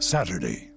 Saturday